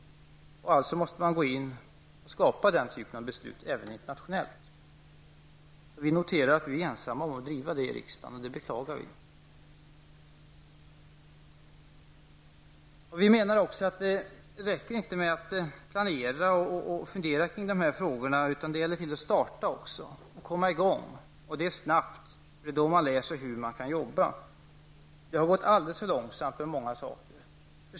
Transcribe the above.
Därför måste vi tillskapa den typen av beslut även internationellt. Vi noterar att vi är ensamma om att driva den linjen i riksdagen, och det beklagar vi. Vi menar också att det inte räcker med att planera och fundera kring de här frågorna, utan det gäller också att komma i gång, och det snabbt -- för det är då man lär sig hur man kan jobba. Det har gått alldeles för långsamt med många saker.